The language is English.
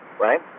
Right